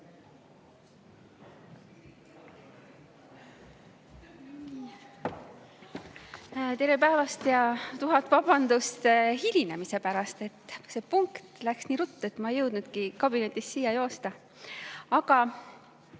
Tere päevast ja tuhat vabandust hilinemise pärast! See punkt läks nii ruttu, et ma ei jõudnudki kabinetist siia joosta. Aga